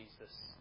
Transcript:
Jesus